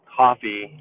coffee